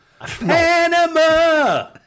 Panama